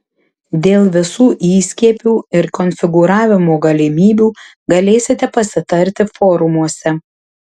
dėl visų įskiepių ir konfigūravimo galimybių galėsite pasitarti forumuose